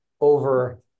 over